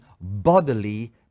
bodily